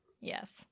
Yes